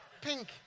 Pink